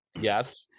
yes